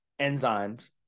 enzymes